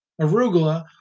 Arugula